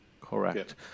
Correct